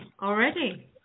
already